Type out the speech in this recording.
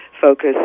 focus